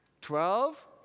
Twelve